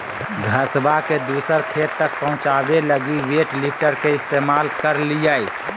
घसबा के दूसर खेत तक पहुंचाबे लगी वेट लिफ्टर के इस्तेमाल करलियै